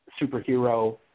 superhero